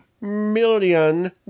million